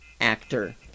actor